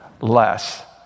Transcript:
less